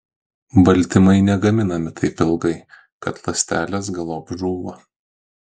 baltymai negaminami taip ilgai kad ląstelės galop žūva